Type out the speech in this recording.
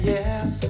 Yes